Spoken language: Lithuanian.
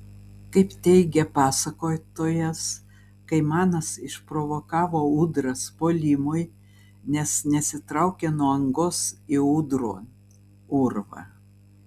kaip teigia pasakotojas kaimanas išprovokavo ūdras puolimui nes nesitraukė nuo angos į ūdrų urvą